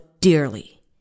dearly